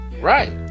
Right